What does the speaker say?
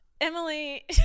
Emily